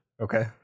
okay